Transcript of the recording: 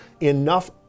enough